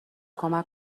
کمک